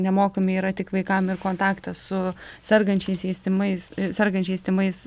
nemokami yra tik vaikam ir kontaktą su sergančiaisiais tymais sergančiais tymais